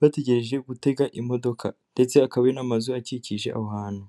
bategereje gutega imodoka ndetse hakaba hari n'amazu akikije aho hantu.